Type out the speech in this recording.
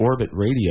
orbitradio